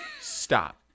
Stop